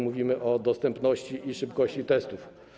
Mówimy o dostępności i szybkości testów.